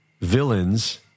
villains